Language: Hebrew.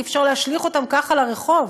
אי-אפשר להשליך אותם ככה לרחוב.